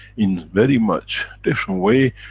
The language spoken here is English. in very much different way,